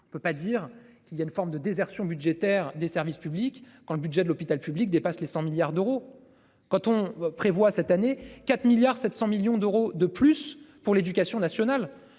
On ne peut pas dire qu'il y a une forme de désertion budgétaire des services publics. Quand le budget de l'hôpital public dépasse les 100 milliards d'euros. Quand on prévoit cette année. 4 milliards 700 millions d'euros de plus pour l'éducation nationale.